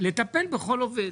לטפל בכל עובד.